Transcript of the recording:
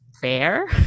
fair